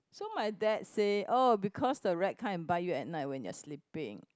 so my dad say oh because the rat come and bite you at night while you are sleeping